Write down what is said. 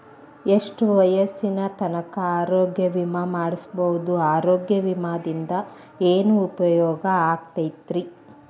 ಎಷ್ಟ ವಯಸ್ಸಿನ ತನಕ ಆರೋಗ್ಯ ವಿಮಾ ಮಾಡಸಬಹುದು ಆರೋಗ್ಯ ವಿಮಾದಿಂದ ಏನು ಉಪಯೋಗ ಆಗತೈತ್ರಿ?